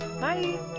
Bye